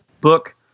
book